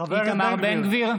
בעד יואב בן צור,